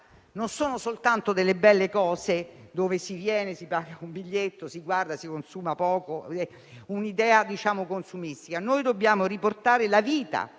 Non sono soltanto belle realtà dove si viene, si paga un biglietto, si guarda e si consuma (poco), secondo un'idea consumistica. Dobbiamo riportare la vita